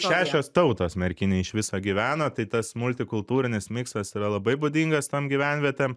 šešios tautos merkinėj iš viso gyvena tai tas multikultūrinis miksas yra labai būdingas tom gyvenvietėm